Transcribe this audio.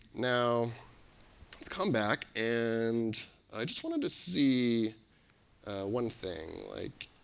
now let's come back and just wanted to see one thing. like